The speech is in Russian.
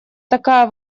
такая